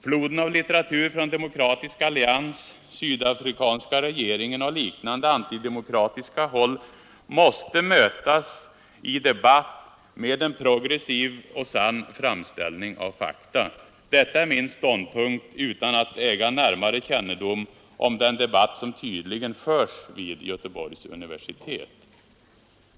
Floden av litteratur från Demokratisk allians, sydafrikanska regeringen och liknande antidemokratiska håll måste mötas i debatt med en progressiv och sann framställning av fakta. Detta är min ståndpunkt utan att äga närmare kännedom om den debatt som tydligen förs i Göteborgs universitet.